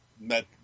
met